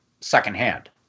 secondhand